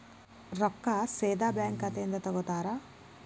ರೊಕ್ಕಾ ಸೇದಾ ಬ್ಯಾಂಕ್ ಖಾತೆಯಿಂದ ತಗೋತಾರಾ?